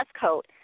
code